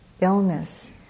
illness